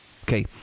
Okay